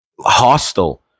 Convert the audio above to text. hostile